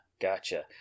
gotcha